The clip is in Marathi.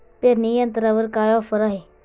पेरणी यंत्रावर काय ऑफर आहे?